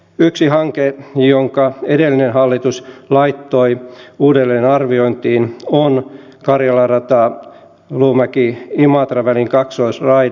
yksi hanke jonka edellinen hallitus laittoi uudelleenarviointiin on karjala radan luumäkiimatra välin kaksoisraide